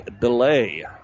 delay